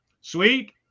sweet